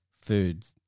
foods